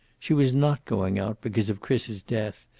she was not going out, because of chris's death,